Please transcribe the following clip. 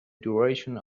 duration